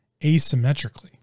asymmetrically